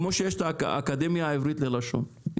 כמו שיש את האקדמיה העברית ללשון,